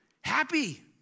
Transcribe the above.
Happy